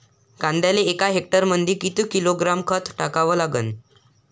कांद्याले एका हेक्टरमंदी किती किलोग्रॅम खत टाकावं लागन?